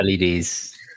leds